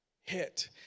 hit